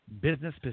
business